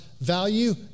value